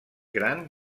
gran